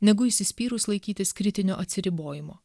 negu įsispyrus laikytis kritinio atsiribojimo